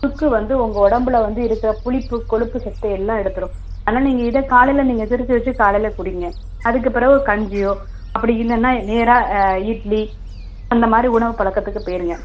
சுக்கு வந்து உங்கள் உடம்புல வந்து இருக்கிற புளிப்பு கொழுப்புசத்து எல்லாம் எடுத்துடும் அதனால் நீங்கள் இதை காலையில் நீங்கள் திரித்து வச்சு காலையில் குடிங்க அதுக்குப்பெறகு கஞ்சியோ அப்படியில்லன்னா நேராக ஆ இட்லி அந்தமாதிரி உணவு பழக்கத்துக்கு போயிருங்க